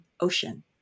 ocean